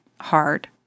hard